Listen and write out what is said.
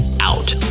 out